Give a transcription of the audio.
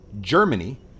Germany